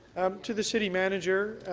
to the city manager,